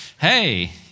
Hey